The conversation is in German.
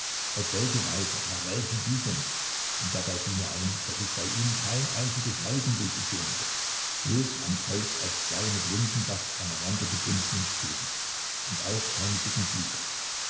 auf welche weise nach welchen büchern und dabei fiel mir ein daß ich bei ihm kein einziges heiligenbild gesehen hatte bloß ein kreuz aus zwei mit lindenbast aneinander gebundenen stäbchen und auch keine dicken bücher